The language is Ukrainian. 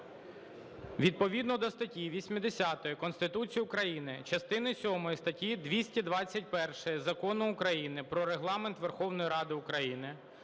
Відповідно до статті 80 Конституції України, частини сьомої статті 221 Закону України "Про Регламент Верховної Ради України"